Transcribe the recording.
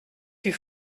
fut